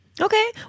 Okay